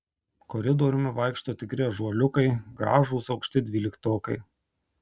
koridoriumi vaikšto tikri ąžuoliukai gražūs aukšti dvyliktokai